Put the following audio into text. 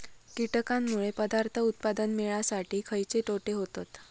कीटकांनमुळे पदार्थ उत्पादन मिळासाठी खयचे तोटे होतत?